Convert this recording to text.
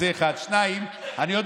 זה,